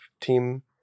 team